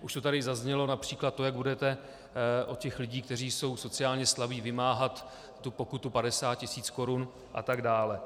Už to tady zaznělo, například to, jak budete od lidí, kteří jsou sociálně slabí, vymáhat pokutu padesát tisíc korun, atd.